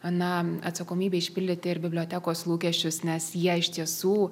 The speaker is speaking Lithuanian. na atsakomybė išpildyti ir bibliotekos lūkesčius nes jie iš tiesų